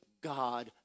God